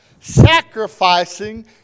sacrificing